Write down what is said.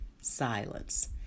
silence